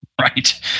Right